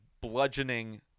bludgeoning